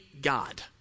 God